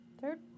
Third